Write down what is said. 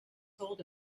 told